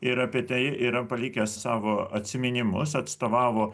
ir apie tai yra palikęs savo atsiminimus atstovavo